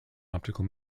optical